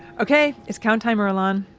ok! it's count time, earlonne.